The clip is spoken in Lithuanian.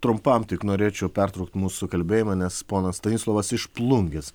trumpam tik norėčiau pertraukt mūsų kalbėjimą nes ponas stanislovas iš plungės